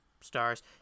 stars